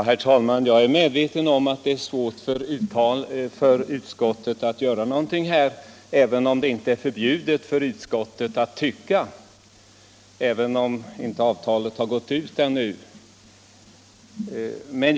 Herr talman! Jag är medveten om att det är svårt för utskottet att göra någonting i detta fall. Men det är inte förbjudet för utskottet att tycka, även om avtalet ännu inte har gått ut.